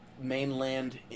mainland